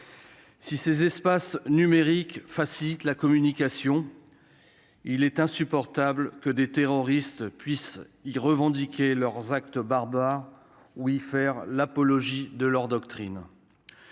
Si ces espaces numériques facilitent la communication il est insupportable que des terroristes puissent y revendiqué leurs actes barbares où y faire l'apologie de leur doctrine